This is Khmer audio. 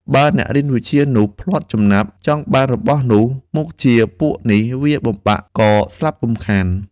បើអ្នករៀនវិជ្ជានោះ ភ្លាត់ចំណាប់ ចង់បានរបស់នោះ មុខជាពួកនេះវាយបំបាក់កស្លាប់ពុំខាន ។